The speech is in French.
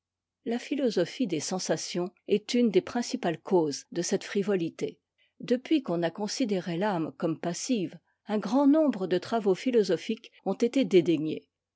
la philosophie des sensations est une des principales causes de cette frivolité depuis qu'on a considéré l'âme comme passive un grand nombre de travaux philosophiques ont été dédaignés